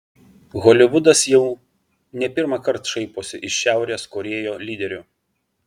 holivudas jau ne pirmąkart šaiposi iš šiaurės korėjo lyderių